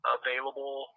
available